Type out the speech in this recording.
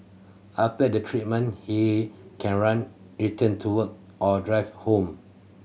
after the treatment he can run return to or drive home